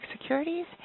Securities